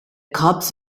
cubs